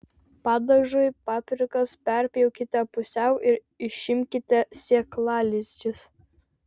padažui paprikas perpjaukite pusiau ir išimkite sėklalizdžius